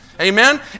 Amen